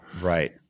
Right